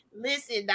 Listen